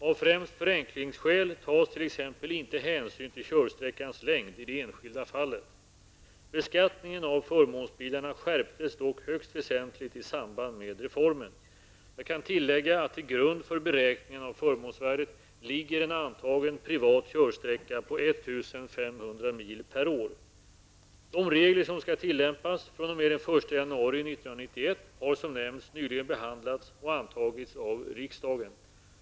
Av främst förenklingsskäl tas t.ex. inte hänsyn till körsträckans längd i det enskilda fallet. Beskattningen av förmånsbilarna skärptes dock högst väsentligt i samband med reformen. Jag kan tillägga att till grund för beräkningen av förmånsvärdet ligger en antagen privat körsträcka på 1 500 mil per år. 1991 har som nämnts nyligen behandlats och antagits av riksdagen.